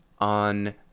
on